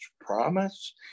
promise